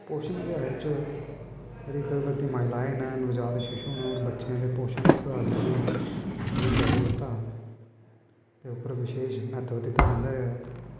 पोशन बिच्च जेह्ड़ी गर्भवती महिलाएं ने जां ते शिशु ने बच्चें दे पोशन गी सुधारने ताईं जेह्ड़ी जागरुकता दे उप्पर बिशेश म्हत्तव दित्ता जंदा ऐ